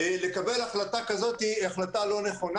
זאת החלטה לא נכונה.